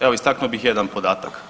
Evo istaknuo bih jedan podatak.